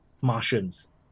Martians